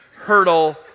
hurdle